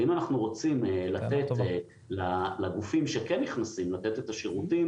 אם אנחנו רוצים לתת לגופים שכן נכנסים לתת את השירותים